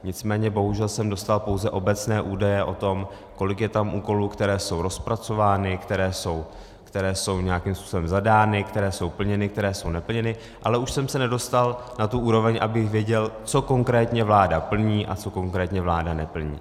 Nicméně bohužel jsem dostal pouze obecné údaje o tom, kolik je tam úkolů, které jsou rozpracovány, které jsou nějakým způsobem zadány, které jsou plněny, které jsou neplněny, ale už jsem se nedostal na tu úroveň, abych věděl, co konkrétně vláda plní a co konkrétně vláda neplní.